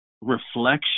reflection